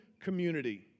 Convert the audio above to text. community